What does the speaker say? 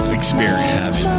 experience